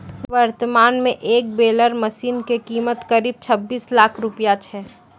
वर्तमान मॅ एक बेलर मशीन के कीमत करीब छब्बीस लाख रूपया छै